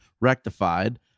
rectified